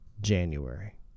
January